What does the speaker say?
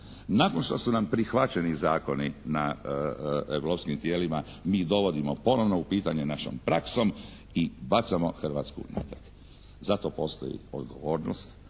Nakon što su nam prihvaćeni zakoni na europskim tijelima mi ih dovodimo ponovo u pitanje našom praksom i bacamo Hrvatsku natrag. Zato postoji odgovornost,